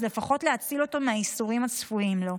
אז לפחות להציל אותו מהייסורים הצפויים לו.